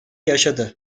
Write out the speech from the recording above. yaşadı